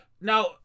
now